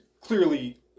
clearly